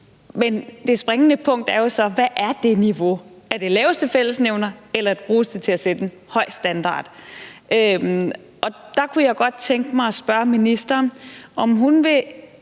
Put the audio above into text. Men det springende punkt er jo så: Hvad er det niveau? Er det den laveste fællesnævner, eller bruges det til at sætte en høj standard? Der kunne jeg godt tænke mig at spørge ministeren, om hun og